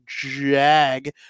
Jag